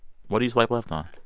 what do you swipe left on?